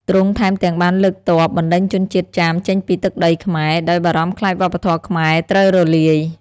ទ្រង់ថែមទាំងបានលើកទ័ពបណ្ដេញជនជាតិចាមចេញពីទឹកដីខ្មែរ ដោយបារម្ភខ្លាចវប្បធម៌ខ្មែរត្រូវរលាយ។